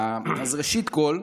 ראשית כול,